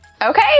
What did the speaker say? okay